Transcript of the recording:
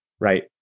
right